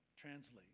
translate